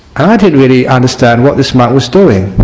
and i didn't really understand what this monk was doing.